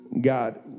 God